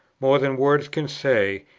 more than words can say,